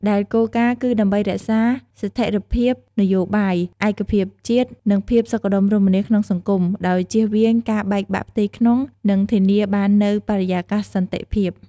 ដែលគោលបំណងគឺដើម្បីរក្សា ស្ថេរភាពនយោបាយ ឯកភាពជាតិ និងភាពសុខដុមរមនាក្នុងសង្គម ដោយជៀសវាងការបែកបាក់ផ្ទៃក្នុង និងធានាបាននូវបរិយាកាសសន្តិភាព។